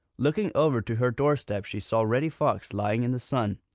looking over to her doorstep, she saw reddy fox lying in the sun,